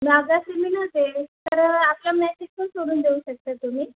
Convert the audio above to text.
दादा जर मी नसेन तर आपला मॅसेज पण सोडून देऊ शकता तुम्ही